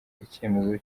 icyemezo